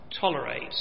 tolerate